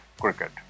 cricket